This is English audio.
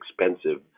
expensive